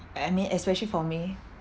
I mean especially for me